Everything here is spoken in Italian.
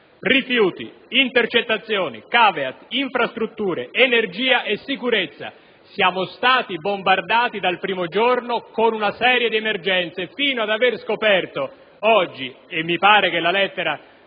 rifiuti, intercettazioni, *caveat*, infrastrutture, energia e sicurezza. Siamo stati bombardati dal primo giorno con una serie di emergenze fino ad aver scoperto oggi - e mi pare che la lettera